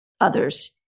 others